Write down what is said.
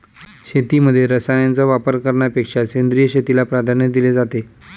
शेतीमध्ये रसायनांचा वापर करण्यापेक्षा सेंद्रिय शेतीला प्राधान्य दिले जाते